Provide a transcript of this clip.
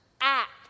act